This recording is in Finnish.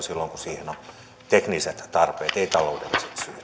silloin kun siihen on tekniset tarpeet ei taloudelliset